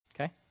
Okay